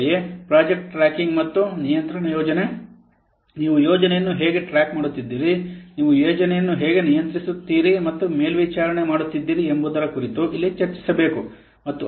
ಅಂತೆಯೇ project tracking ಮತ್ತು ನಿಯಂತ್ರಣ ಯೋಜನೆ ನೀವು ಯೋಜನೆಯನ್ನು ಹೇಗೆ ಟ್ರ್ಯಾಕ್ ಮಾಡುತ್ತಿದ್ದೀರಿ ನೀವು ಯೋಜನೆಯನ್ನು ಹೇಗೆ ನಿಯಂತ್ರಿಸುತ್ತೀರಿ ಮತ್ತು ಮೇಲ್ವಿಚಾರಣೆ ಮಾಡುತ್ತಿದ್ದೀರಿ ಎಂಬುದರ ಕುರಿತು ಇಲ್ಲಿ ಚರ್ಚಿಸಬೇಕು